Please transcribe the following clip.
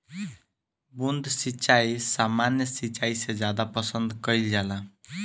बूंद सिंचाई सामान्य सिंचाई से ज्यादा पसंद कईल जाला